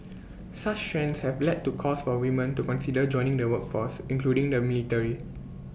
such trends have led to calls for women to consider joining the workforce including the military